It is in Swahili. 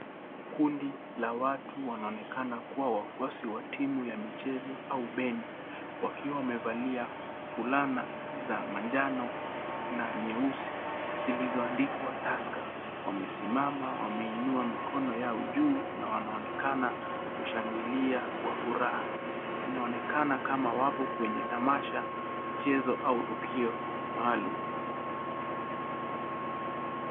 Kundi la watu wanaonekana kuwa wafuasi wa timu ya mchezo au band wakiwa wamevalia fulana za manjano na nyeusi zilizoandikwa Tusker, wamesimama wameinua mikono yao juu na wanaonekana kushangilia kwa furaha, inaonekana kama wako kwenye tamasha mchezo au tukio maalum.